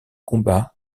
combat